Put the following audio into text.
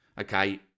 okay